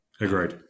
Agreed